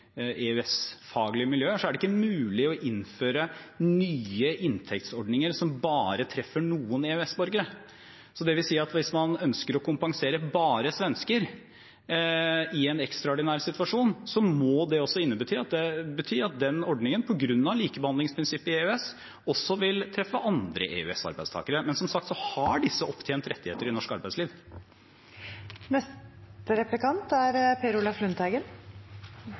ikke mulig å innføre nye inntektsordninger som bare treffer noen EØS-borgere. Så det vil si at hvis man i en ekstraordinær situasjon ønsker å kompensere bare svensker, må det også bety at den ordningen på grunn av likebehandlingsprinsippet i EØS også vil treffe andre EØS-arbeidstakere. Men som sagt har disse opptjent rettigheter i norsk arbeidsliv.